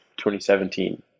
2017